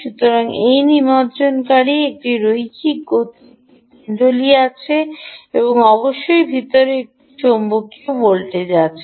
সুতরাং এই নিমজ্জনকারী একটি রৈখিক গতি একটি কুণ্ডলী আছে এবং অবশ্যই ভিতরে একটি চৌম্বক আছে